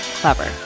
Clever